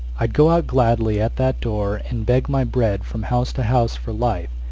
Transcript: i'd go out gladly at that door, and beg my bread from house to house, for life,